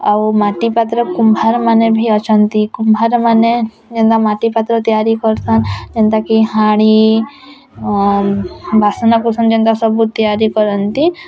ଆଉ ମାଟିପାତ୍ର କୁମ୍ଭାର ମାନେ ଭି ଅଛନ୍ତି କୁମ୍ଭାର ମାନେ ଯେନ୍ତା ମାଟିପାତ୍ର ତିଆରି କରୁସନ ଯେନ୍ତା କି ହାଣି ବାସନକୁସନ ଯେନ୍ତା ସବୁ ତିଆରି କରନ୍ତି